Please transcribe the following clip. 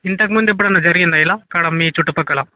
ఇంతకు ముందు ఎప్పుడన్న జరిగిందా ఇలా అక్కడ మీచుట్టు పక్కల